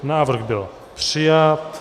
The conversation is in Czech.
Návrh byl přijat.